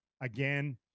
Again